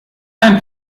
kein